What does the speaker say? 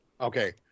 Okay